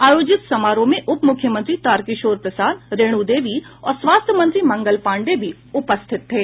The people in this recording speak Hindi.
आयोजित समारोह में उप मुख्यमंत्री तारकिशोर प्रसाद रेणु देवी और स्वास्थ्य मंत्री मंगल पांडेय भी उपस्थित थे